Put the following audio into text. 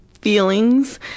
feelings